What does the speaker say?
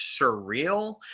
surreal